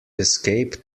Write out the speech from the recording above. escape